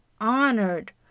honored